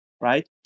right